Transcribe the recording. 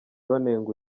banenga